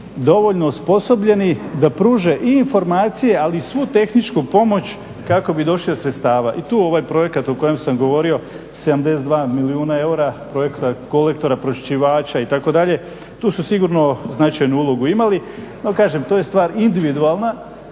dovoljno osposobljeni da pruže i informacije, ali i svu tehničku pomoć kako bi došli do sredstava i tu ovaj projekt o kojem sam govorio 72 milijuna eura, projekt kolektora, pročiščivača itd., tu su sigurno značajnu ulogu imali. No kažem, to je stvar individualna